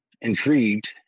intrigued